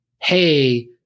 hey